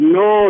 no